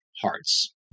hearts